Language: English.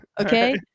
okay